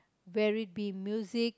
where it be music